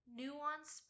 nuance